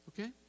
Okay